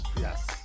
Yes